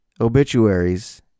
obituaries